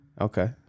Okay